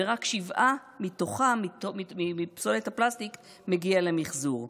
ורק 7% מפסולת הפלסטיק מגיע למחזור.